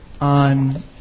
on